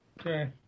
Okay